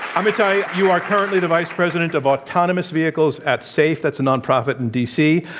amitai, you are currently the vice president of autonomous vehicles at safe. that's a nonprofit in d. c,